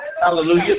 Hallelujah